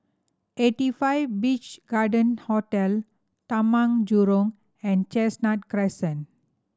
Eighty Five Beach Garden Hotel Taman Jurong and Chestnut Crescent